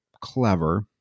clever